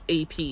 AP